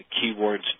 keywords